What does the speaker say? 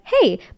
hey